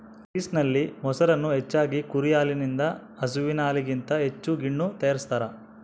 ಗ್ರೀಸ್ನಲ್ಲಿ, ಮೊಸರನ್ನು ಹೆಚ್ಚಾಗಿ ಕುರಿ ಹಾಲಿನಿಂದ ಹಸುವಿನ ಹಾಲಿಗಿಂತ ಹೆಚ್ಚು ಗಿಣ್ಣು ತಯಾರಿಸ್ತಾರ